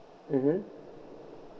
mmhmm